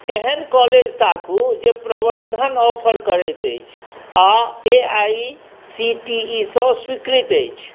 एहन कॉलेज ताकू जे प्रबन्धन ऑफर करैत अछि आ A I C T E सँ स्वीकृत अछि